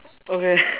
okay